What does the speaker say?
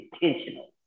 intentional